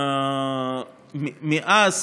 מאז